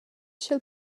sch’el